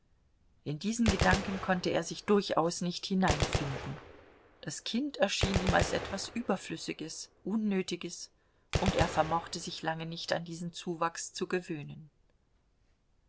in diesen gedanken konnte er sich durchaus nicht hineinfinden das kind erschien ihm als etwas überflüssiges unnötiges und er vermochte sich lange nicht an diesen zuwachs zu gewöhnen